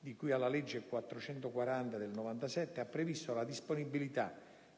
di cui alla legge n. 440 del 1997, ha previsto la disponibilità,